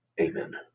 Amen